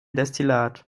destillat